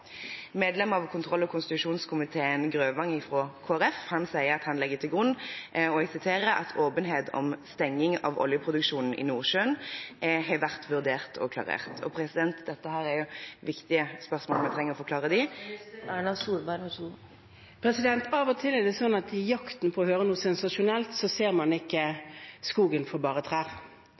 Medlem av kontroll- og konstitusjonskomiteen, Hans Fredrik Grøvan fra Kristelig Folkeparti, sier at han legger til grunn – og jeg siterer – «at åpenhet om stenging av oljeproduksjonen i Nordsjøen har vært vurdert og klarert». Dette er viktige spørsmål som vi trenger å få klarhet i. Av og til er det slik at i jakten på å høre noe sensasjonelt ser man ikke skogen for bare trær.